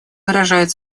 выражает